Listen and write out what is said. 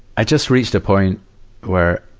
i just reached a point where,